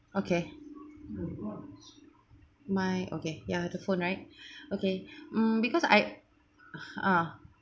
okay my okay ya the phone right okay mm because I uh